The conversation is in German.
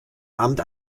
amt